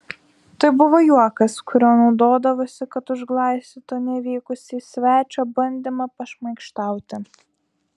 tai buvo juokas kuriuo naudodavosi kad užglaistytų nevykusį svečio bandymą pašmaikštauti